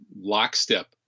lockstep